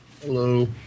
Hello